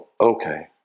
Okay